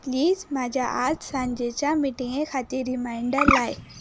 please म्हज्या आज सांजेच्या मिटींगे खातीर रिमायंडर लाय